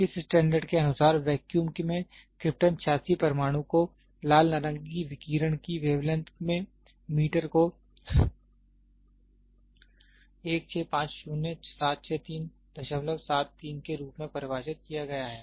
इस स्टैंडर्ड के अनुसार वैक्यूम में क्रिप्टन 86 परमाणु के लाल नारंगी विकिरण की वेवलेंथ में मीटर को 165076373 के रूप में परिभाषित किया गया है